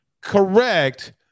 correct